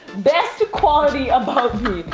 best quality about me.